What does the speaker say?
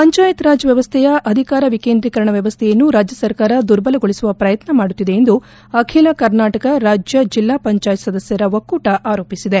ಪಂಚಾಯತ್ ರಾಜ್ ವ್ಯವಸ್ಥೆಯ ಅಧಿಕಾರ ವಿಕೇಂದ್ರಿಕರಣ ವ್ಯವಸ್ಥೆಯನ್ನು ರಾಜ್ಯ ಸರ್ಕಾರ ದುರ್ಬಲಗೊಳಿಸುವ ಪ್ರಯತ್ನ ಮಾಡುತ್ತಿದೆ ಎಂದು ಅಖಿಲ ಕರ್ನಾಟಕ ರಾಜ್ಯ ಜಿಲ್ಲಾ ಪಂಚಾಯತ್ ಸದಸ್ಥರ ಒಕ್ಕೂಟ ಆರೋಪಿಸಿದೆ